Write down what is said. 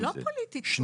היא לא פוליטית פה.